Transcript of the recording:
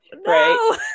no